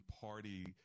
party